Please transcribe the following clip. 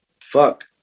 fuck